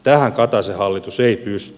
tähän kataisen hallitus ei pysty